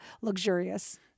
luxurious